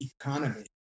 economy